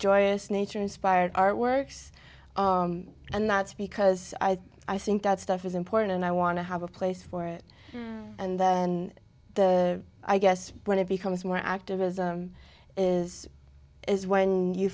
joyous nature inspired artworks and that's because i think that stuff is important and i want to have a place for it and then the i guess when it becomes more activism is is when you